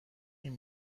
این